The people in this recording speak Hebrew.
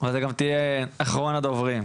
אתה גם תהיה אחרון הדוברים,